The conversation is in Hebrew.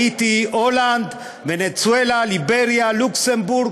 האיטי, הולנד, ונצואלה, ליבריה, לוקסמבורג,